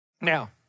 Now